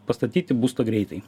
pastatyti būstą greitai